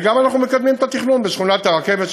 ואנחנו גפ מקדמים את התכנון בשכונת הרכבת,